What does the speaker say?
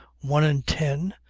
one in ten,